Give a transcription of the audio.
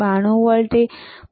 92 volt